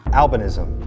albinism